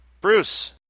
Bruce